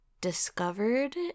discovered